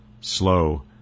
slow